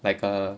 like a